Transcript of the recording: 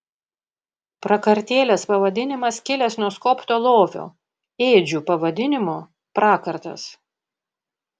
prakartėlės pavadinimas kilęs nuo skobto lovio ėdžių pavadinimo prakartas